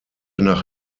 nach